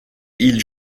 ils